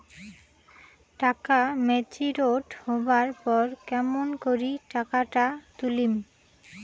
টাকা ম্যাচিওরড হবার পর কেমন করি টাকাটা তুলিম?